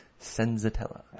senzatella